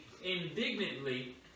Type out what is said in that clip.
indignantly